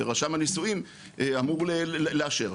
ורשם הנישואים אמור לאשר.